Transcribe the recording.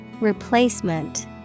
Replacement